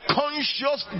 conscious